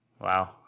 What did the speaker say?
wow